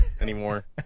anymore